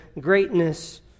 greatness